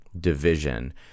division